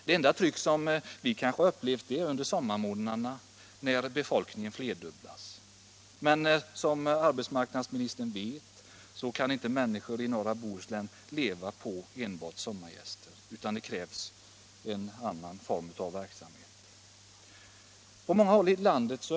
Det enda tryck som vi någonsin upplevt är det som förekommer under sommarmånaderna, när befolkningen plötsligt flerdubblas. Men som arbetsmarknadsministern vet kan människorna i norra Bohuslän inte leva enbart på sommargäster. Det krävs också andra former av verksamhet.